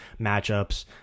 matchups